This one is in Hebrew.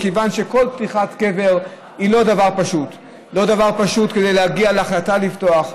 מכיוון שפתיחת קבר היא לא דבר פשוט: לא דבר פשוט להגיע להחלטה לפתוח,